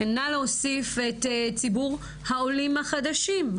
נא להוסיף את ציבור העולים החדשים,